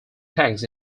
tags